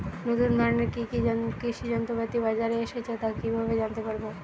নতুন ধরনের কি কি কৃষি যন্ত্রপাতি বাজারে এসেছে তা কিভাবে জানতেপারব?